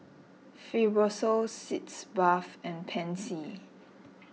Fibrosol Sitz Bath and Pansy